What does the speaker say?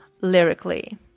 lyrically